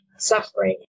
suffering